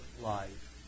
life